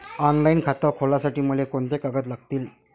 Online खातं खोलासाठी मले कोंते कागद लागतील?